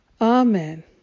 Amen